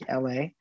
LA